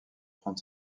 prendre